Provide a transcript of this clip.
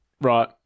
Right